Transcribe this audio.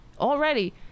already